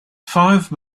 five